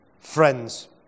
friends